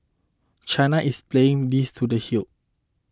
China is playing this to the hill